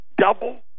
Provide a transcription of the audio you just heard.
double